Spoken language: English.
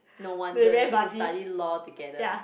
no wonder so they study law together